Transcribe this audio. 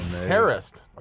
Terrorist